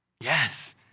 Yes